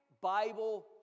Bible